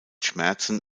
schmerzen